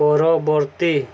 ପରବର୍ତ୍ତୀ